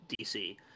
dc